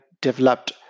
developed